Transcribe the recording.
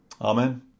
Amen